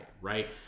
right